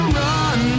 run